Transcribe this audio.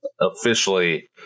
officially